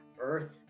earth